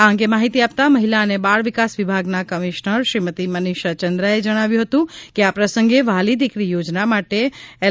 આ અંગે માહિતી આપતા મહિલા અને બાળ વિકાસ વિભાગના કમિશનર શ્રીમતિ મનિષા ચંદ્રાએ જણાવ્યું હતું કે આ પ્રસંગે વ્હાલી દીકરી યોજના માટે એલ